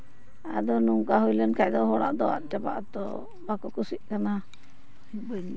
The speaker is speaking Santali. ᱟᱫᱚ ᱱᱚᱝᱠᱟ ᱦᱩᱭ ᱞᱮᱱᱠᱷᱟᱱ ᱫᱚ ᱦᱚᱲᱟᱜ ᱫᱚ ᱟᱫ ᱪᱟᱵᱟᱜ ᱟᱛᱚ ᱵᱟᱠᱚ ᱠᱩᱥᱤᱜ ᱠᱟᱱᱟ